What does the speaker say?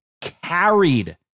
carried